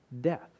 death